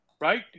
right